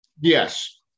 Yes